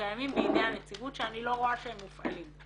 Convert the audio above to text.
שקיימים בידי הנציבות שאני לא רואה שהם מופעלים.